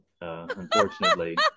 unfortunately